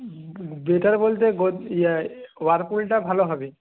better বলতে ইয়ে ওয়ারপুলটা ভালো হবে